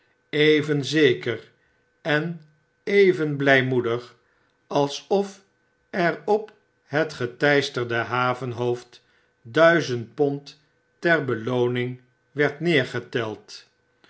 even zeker en even blymoedig alsof er op het geteisterde havenhoofd duizend pond ter beloomng werd neergeteld